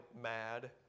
mad